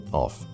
off